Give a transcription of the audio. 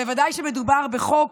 בוודאי שמדובר בחוק